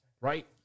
Right